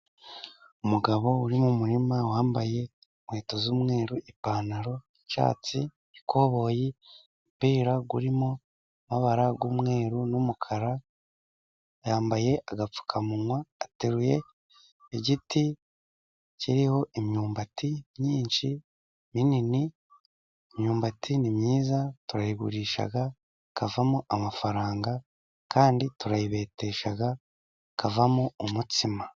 Umugabo uri mu murima wambaye inkweto z'umweru, ipantaro y'icyatsi ikoboyi, umupira urimo amabara y'umweru n'umukara , yambaye agapfukamunwa ateruye igiti kiriho imyumbati myinshi minini, imyumbati ni myiza turayigurisha havamo amafaranga kandi turayibetesha havamo umutsima.